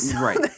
Right